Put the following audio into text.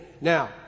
Now